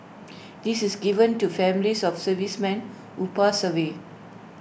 this is given to families of servicemen who pass away